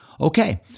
Okay